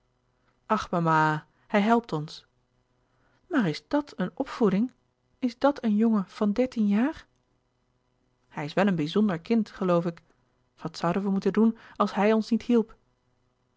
ach mama hij helpt ons maar is dat een opvoeding is dat een jongen van dertien jaar hij is wel een bizonder kind geloof ik wat zouden wij moeten doen als hij ons niet hielp